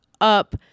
up